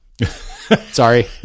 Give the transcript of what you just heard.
Sorry